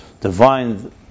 divine